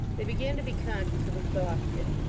they began to be conscious of exhaustion,